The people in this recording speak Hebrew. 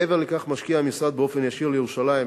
מעבר לכך משקיע המשרד באופן ישיר לירושלים